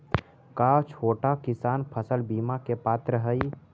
का छोटा किसान फसल बीमा के पात्र हई?